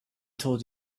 told